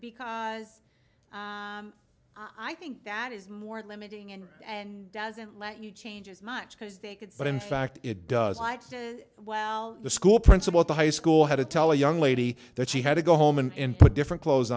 because i think that is more limiting and and doesn't let you change as much because they could but in fact it does like well the school principal at the high school had to tell young lady that she had to go home and put different clothes